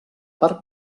part